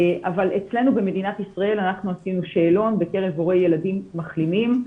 אבל אצלנו במדינת ישראל עשינו שאלון בקרב הורי ילדים מחלימים,